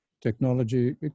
Technology